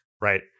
right